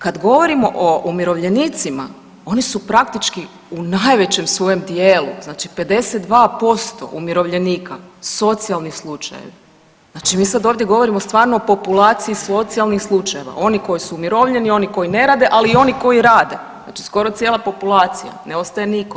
Kad govorimo o umirovljenicima oni su praktički u najvećem svojem dijelu znači 52% umirovljenika socijalni slučajevi, znači mi sad ovdje govorimo o populaciji socijalnih slučajeva, oni koji su umirovljeni, oni koji ne rade, ali i oni koji rade znači skoro cijela populacija, ne ostaje niko.